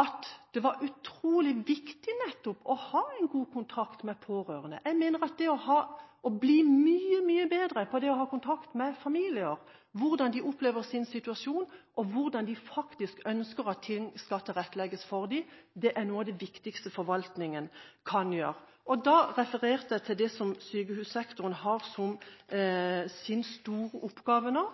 at det er utrolig viktig å ha god kontakt med pårørende. Jeg mener at det å bli mye, mye bedre på det å ha kontakt med familier – hvordan de opplever sin situasjon, og hvordan de faktisk ønsker at ting skal tilrettelegges for dem – er noe av det viktigste forvaltningen kan gjøre. Da refererte jeg til det som sykehussektoren har som sin store oppgave nå: